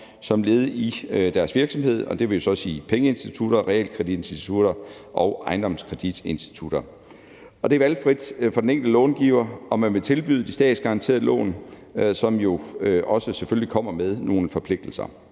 som led i deres virksomhed, og det vil jo så sige pengeinstitutter, realkreditinstitutter og ejendomskreditinstitutter. Det er valgfrit for den enkelte långiver, om man vil tilbyde de statsgaranterede lån, som jo selvfølgelig også kommer med nogle forpligtelser.